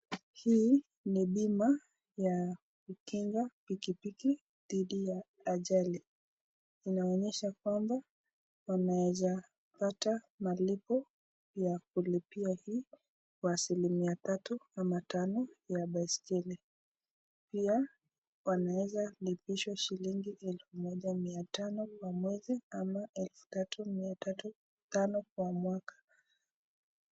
Hii ni bima ya kulinda pikipiki dhidi ya ajali. Inaonyesha kwamba wanaweza pata malipo ya kulipia hii kwa 3% ama tano ya baiskeli. Pia wanaweza lipishwa shilingi 1,500 kwa mwezi ama 3,350 kwa mwaka.